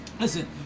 listen